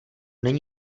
není